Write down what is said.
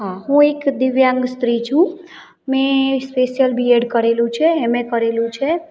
હા હું એક દિવ્યાંગ સ્ત્રી છું મેં સ્પેશિયલ બીએડ કરેલું છે એમએ કરેલું છે